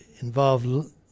involved